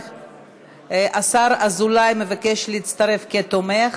השר אזולאי מבקש להצטרף כתומך,